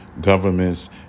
governments